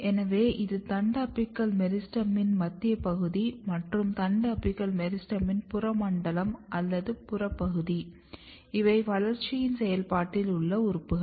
எனவே இது தண்டு அபிக்கல் மெரிஸ்டெமின் மத்திய பகுதி மற்றும் தண்டு அப்பிக்கல் மெரிஸ்டெமின் புற மண்டலம் அல்லது புற பகுதி இவை வளர்ச்சியின் செயல்பாட்டில் உள்ள உறுப்புகள்